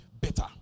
better